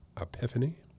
epiphany